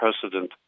precedent